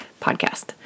podcast